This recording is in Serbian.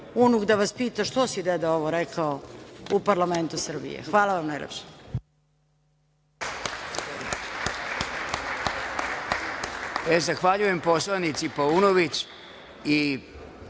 unuk da vas pita, što si deda ovo rekao u parlamentu Srbije. Hvala vam najlepše.